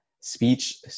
speech